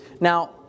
Now